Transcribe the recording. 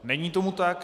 Není tomu tak.